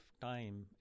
time